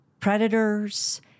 Predators